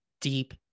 deep